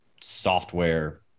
software